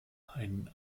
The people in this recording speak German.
ein